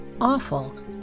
awful